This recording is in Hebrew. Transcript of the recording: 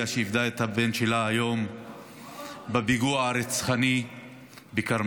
שאיבדה את הבן שלה היום בפיגוע הרצחני בכרמיאל,